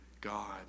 God